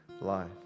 life